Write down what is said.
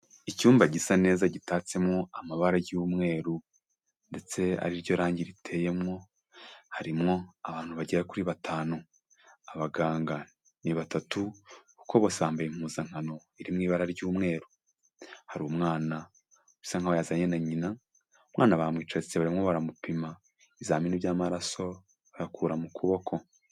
Icyumba gisa neza gitatsemo amabara y'umweru, ndetse ari ryo rangi riteyemo, harimo abantu bagera kuri batanu, abaganga ni batatu, kuko bose bambaye impuzankano irimo ibara ry'umweru, hari umwana bisa nk'aho yazanye na nyina, umwana bamwicaritse barimo baramupima ibizamini by'amaraso bayakura mu kuboko.